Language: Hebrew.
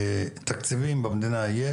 תקציבים במדינה יש,